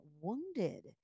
wounded